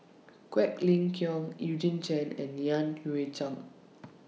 Quek Ling Kiong Eugene Chen and Yan Hui Chang